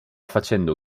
facendo